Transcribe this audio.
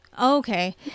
Okay